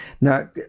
Now